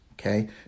Okay